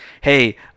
hey